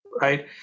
Right